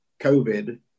covid